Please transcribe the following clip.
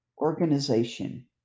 organization